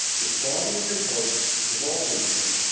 the quality of your posts is also important,